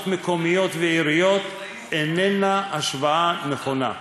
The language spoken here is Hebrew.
מקומיות ועיריות איננה השוואה נכונה,